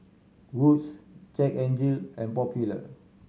Wood's Jack N Jill and Popular